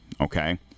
okay